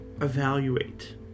evaluate